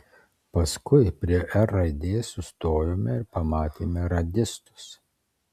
paskui prie r raidės sustojome ir pamatėme radistus